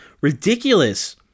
ridiculous